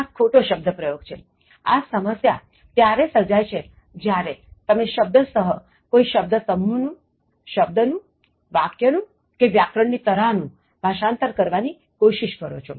આ ખોટો શબ્દ પ્રયોગ છેઆ સમસ્યા ત્યારે સર્જાય છે જ્યારે તમે શબ્દસઃ કોઇ શબ્દ સમૂહનું શબ્દનું વાક્ય નું કે વ્યાકરણ ની તરાહનું ભાષાંતર કરવાની કોશિશ કરો છો